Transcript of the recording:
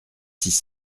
six